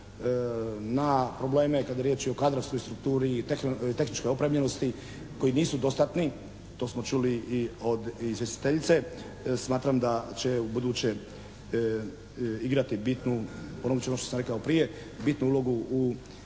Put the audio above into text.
na probleme kad je riječ i o kadrovskoj strukturi i tehničkoj opremljenosti koji nisu dostatni, to smo čuli i od izvjestiteljice, smatram da će ubuduće igrati bitnu … /Ne razumije se./ … rekao prije, bitnu ulogu u